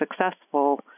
successful